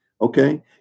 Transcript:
okay